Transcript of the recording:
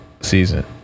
season